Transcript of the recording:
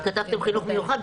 כי כתבתם חינוך מיוחד.